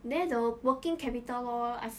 there the working capital lor I